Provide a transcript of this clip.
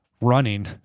running